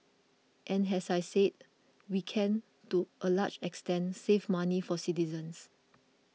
and as I said we can to a large extent save money for citizens